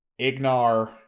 Ignar